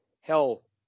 hell